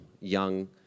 young